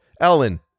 Ellen